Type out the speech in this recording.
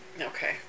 Okay